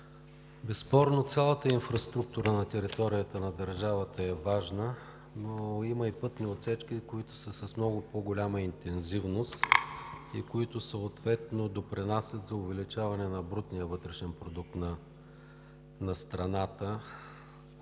безспорно цялата инфраструктура на територията на държавата е важна, но има и пътни отсечки, които са с много по-голяма интензивност и които съответно допринасят за увеличаване на брутния вътрешен продукт на страната.